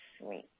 sweet